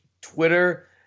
Twitter